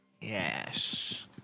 Yes